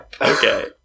okay